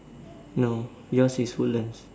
no yours is woodlands